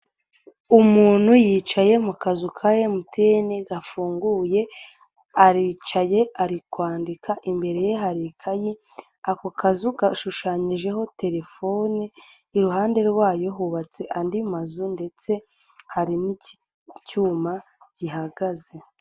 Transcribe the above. Umuntu yicaye mu kazu ka MTN gafunguye aricaye ari kwandika imbere ye hari ikayi, ako gashushanyijeho telefone, iruhande rwayo hubatse andi mazu ndetse hari n'icyuma gihagaze.